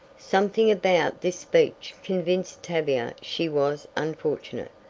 something about this speech convinced tavia she was unfortunate,